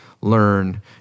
learn